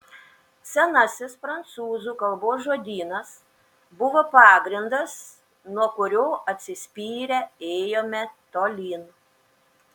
senasis prancūzų kalbos žodynas buvo pagrindas nuo kurio atsispyrę ėjome tolyn